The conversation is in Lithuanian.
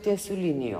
tiesių linijų